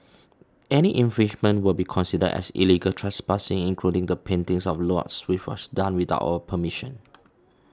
any infringement will be considered as illegal trespassing including the paintings of lots which was done without our permission